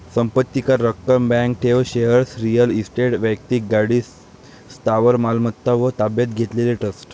संपत्ती कर, रक्कम, बँक ठेव, शेअर्स, रिअल इस्टेट, वैक्तिक गाडी, स्थावर मालमत्ता व ताब्यात घेतलेले ट्रस्ट